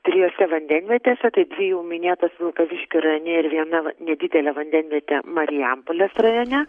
trijose vandenvietėse tai dvi jau minėtas vilkaviškio rajone ir viena nedidelė vandenvietė marijampolės rajone